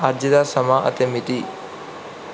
ਅੱਜ ਦਾ ਸਮਾਂ ਅਤੇ ਮਿਤੀ